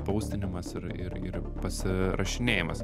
paustinimas ir ir ir pasirašinėjimas